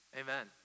amen